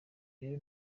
rero